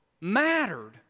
mattered